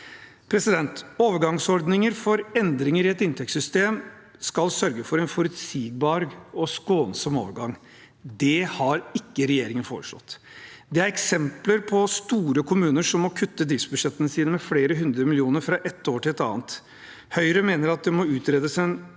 Overgangsordninger for endringer i et inntektssystem skal sørge for en forutsigbar og skånsom overgang. Det har ikke regjeringen foreslått. Det er eksempler på store kommuner som må kutte i driftsbudsjettene sine med flere 100 mill. kr fra ett år til et annet. Høyre mener at det må utredes